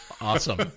Awesome